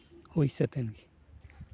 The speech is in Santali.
ᱦᱩᱭ ᱥᱟᱹᱛ ᱮᱱᱜᱮ